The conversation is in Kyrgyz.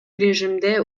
режимде